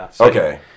Okay